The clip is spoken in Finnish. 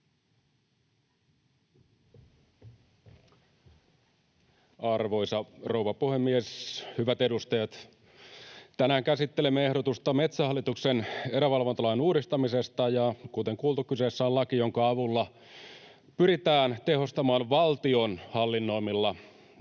Arvoisa rouva puhemies! Hyvät edustajat! Tänään käsittelemme ehdotusta Metsähallituksen erävalvontalain uudistamisesta, ja kuten kuultu, kyseessä on laki, jonka avulla pyritään tehostamaan valtion hallinnoimilla